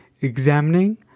examining